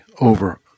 over